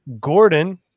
Gordon